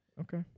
Okay